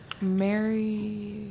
Mary